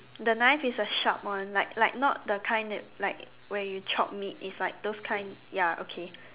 the knife is a sharp one like like not the kind that like where you chop meat it's like those kind ya okay